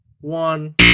one